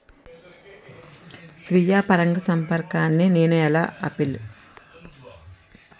స్వీయ పరాగసంపర్కాన్ని నేను ఎలా ఆపిల్?